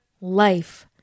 life